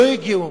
לא הגיעו.